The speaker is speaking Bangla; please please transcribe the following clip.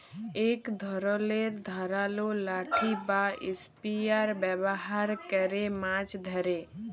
ইক ধরলের ধারালো লাঠি বা ইসপিয়ার ব্যাভার ক্যরে মাছ ধ্যরে